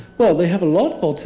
well, they have a lot of